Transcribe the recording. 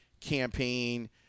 campaign